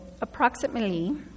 approximately